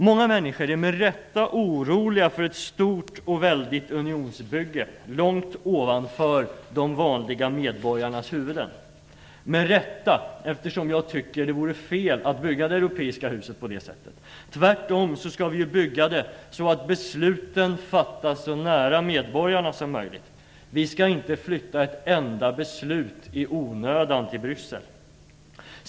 Många människor är med rätta oroliga för ett stort och väldigt unionsbygge långt ovanför de vanliga medborgarnas huvuden - med rätta eftersom jag tycker att det vore fel att bygga det europeiska huset på det sättet. Tvärtom skall vi bygga det så att besluten fattas så nära medborgarna som möjligt. Vi skall inte i onödan flytta ett enda beslut till Bryssel.